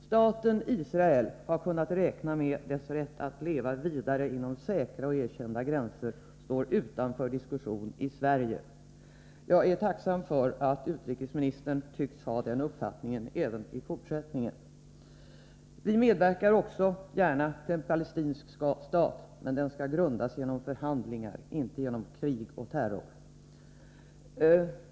Staten Israel har kunnat räkna med att dess rätt att leva vidare inom säkra och erkända gränser står utanför diskussion i Sverige. Jag är tacksam för att utrikesministern fortfarande tycks ha den uppfattningen. Vi medverkar också gärna till bildandet av en palestinsk stat, men den skall grundas genom förhandlingar, inte genom krig och terror.